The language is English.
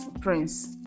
Prince